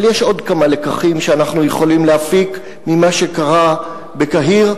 אבל יש עוד כמה לקחים שאנחנו יכולים להפיק ממה שקרה בקהיר,